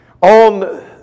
on